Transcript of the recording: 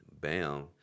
bam